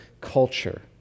culture